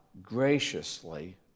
graciously